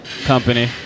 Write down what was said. Company